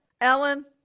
Ellen